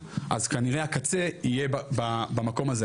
אז כנראה הקצה יהיה במקום הזה,